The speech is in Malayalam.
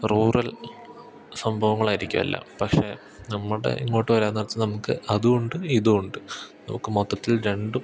റൂറൽ സംഭവങ്ങളായിരിക്കും എല്ലാം പക്ഷേ നമ്മുടെ ഇങ്ങോട്ട് വരാം നേരത്ത് നമുക്ക് അതുമുണ്ട് ഇതുമുണ്ട് നമുക്ക് മൊത്തത്തിൽ രണ്ടും